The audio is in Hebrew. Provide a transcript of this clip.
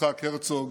יצחק הרצוג